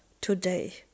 today